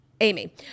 Amy